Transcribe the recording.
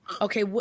Okay